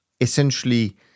Essentially